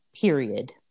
Period